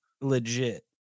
legit